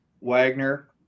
Wagner